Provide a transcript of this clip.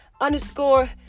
underscore